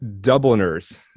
Dubliners